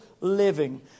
living